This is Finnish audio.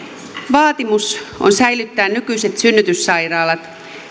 vaatimus on säilyttää nykyiset synnytyssairaalat